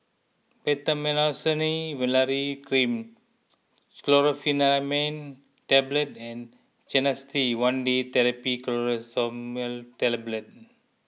Betamethasone Valerate Cream Chlorpheniramine Tablets and Canesten one Day therapy Clotrimazole Tablet